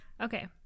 okay